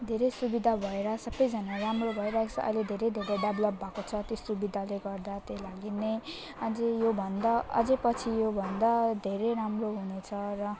धेरै सुविधा भएर सबैजना राम्रो भइरहेको छ अहिले धेरै धेरै डेभ्लप भएको छ त्यस सुविधाले गर्दा त्यही लागि नै अझै योभन्दा अझै पछि योभन्दा धेरै राम्रो हुनेछ र